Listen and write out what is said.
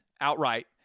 outright